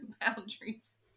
boundaries